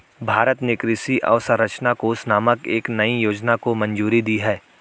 भारत ने कृषि अवसंरचना कोष नामक एक नयी योजना को मंजूरी दी है